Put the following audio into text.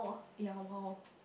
yeah wild